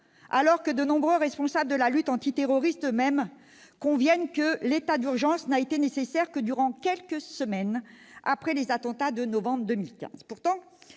alors que de nombreux responsables de la lutte antiterroriste eux-mêmes conviennent que l'état d'urgence n'a été nécessaire que durant quelques semaines après les attentats de novembre 2015.